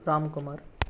Ramkumar